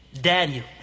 Daniel